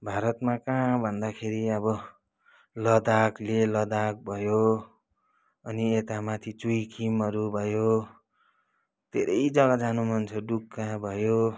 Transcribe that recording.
भारतमा कहाँ भन्दाखेरि अब लद्दाख लेह लद्दाख भयो अनि यता माथि चुइखिमहरू भयो धेरै जग्गा जानु मन छ डुक कहाँ भयो